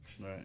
Right